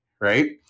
right